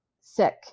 sick